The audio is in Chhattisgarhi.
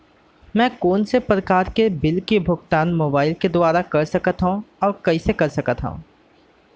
मैं कोन कोन से प्रकार के बिल के भुगतान मोबाईल के दुवारा कर सकथव अऊ कइसे कर सकथव?